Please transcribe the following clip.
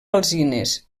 alzines